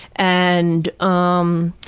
and um,